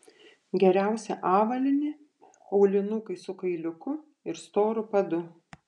geriausia avalynė aulinukai su kailiuku ir storu padu